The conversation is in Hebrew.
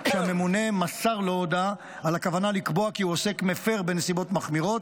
שהממונה מסר לו הודעה על הכוונה לקבוע כי הוא עוסק מפר בנסיבות מחמירות,